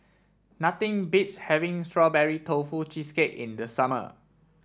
nothing beats having Strawberry Tofu Cheesecake in the summer